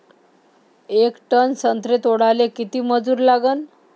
येक टन संत्रे तोडाले किती मजूर लागन?